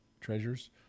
treasures